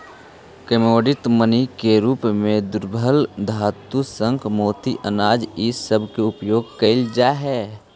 commodity money के रूप में दुर्लभ धातु शंख मोती अनाज इ सब के उपयोग कईल जा हई